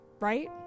Right